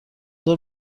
ظهر